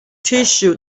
tissue